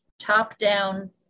top-down